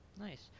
Nice